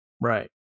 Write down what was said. Right